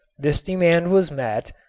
this demand was met,